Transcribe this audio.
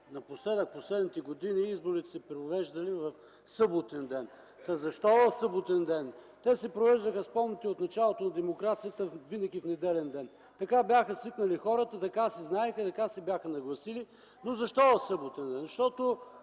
напоследък, последните години изборите се повеждали в съботен ден. Защо в съботен ден? Спомнете си в началото на демокрацията, те се провеждаха винаги в неделен ден. Така бяха свикнали хората, така си знаеха, така се бяха нагласили. Но защо в събота?